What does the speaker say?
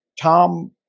Tom